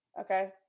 Okay